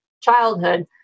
childhood